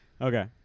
Okay